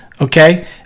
okay